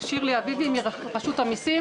אני שירלי אביבי מרשות המסים.